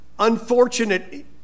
unfortunate